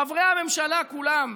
חברי הממשלה כולם,